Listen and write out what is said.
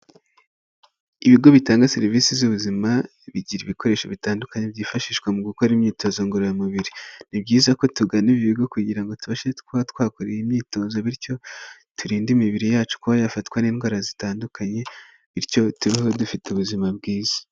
Ibigo bitanga serivisi z'ubuzima bigira ibikoresho bitandukanye byifashishwa mu gukora imyitozo ngororamubiri. Ni byiza ko tugana ibi ibigo kugira ngo tubashe kuba twakora imyitozo, bityo turinde imibiri yacu kuba yafatwa n'indwara zitandukanye, bityo tubeho dufite ubuzima bwiza.